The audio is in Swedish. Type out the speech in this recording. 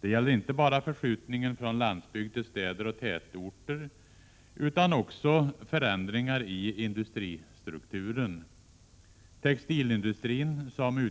Det gäller inte bara förskjutningen från landsbygd till städer och tätorter utan också förändringar i industristrukturen. Textilindustrin, som